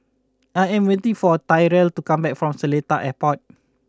I am waiting for Tyrel to come back from Seletar Airport